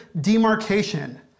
demarcation